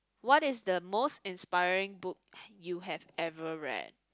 what is the most inspiring book you have ever read